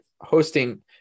Hosting